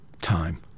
Time